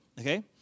Okay